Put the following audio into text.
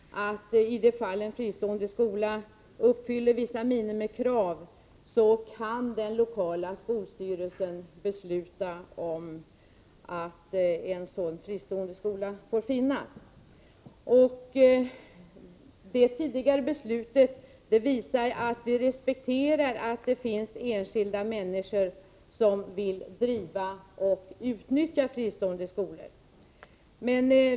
I de fall en fristående skola uppfyller vissa minimikrav kan den lokala skolstyrelsen besluta om att en sådan fristående skola skall få finnas. Beslutet visar att vi respekterar att det finns enskilda människor som vill driva och utnyttja fristående skolor.